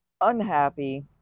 unhappy